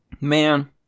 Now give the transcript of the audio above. Man